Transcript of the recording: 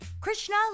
Krishna